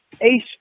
Ace